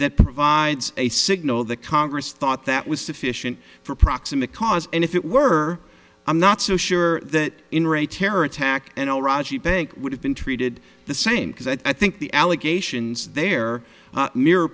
that provides a signal that congress thought that was sufficient for proximate cause and if it were i'm not so sure that in or a terror attack and all raji bank would have been treated the same because i think the allegations there mirror